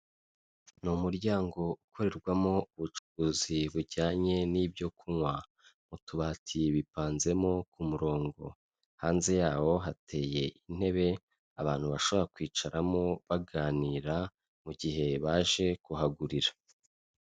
Ni umuryango ukorerwamo ubucuruzi bujyanye n'ibyo kunywa, mu tubati bipanzemo ku murongo, hanze yawo hateye intebe abantu bashobora kwicaramo baganira mu gihe baje kuhagurira.